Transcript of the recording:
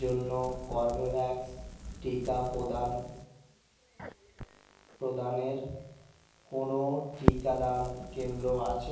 জন্য কর্ভেভ্যাক্স টিকা প্রদান প্রদানের কোনও টিকাদান কেন্দ্র আছে